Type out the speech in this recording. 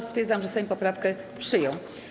Stwierdzam, że Sejm poprawkę przyjął.